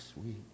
sweet